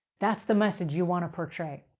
that's the message you want to portray.